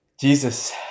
Jesus